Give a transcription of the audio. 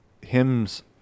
hymns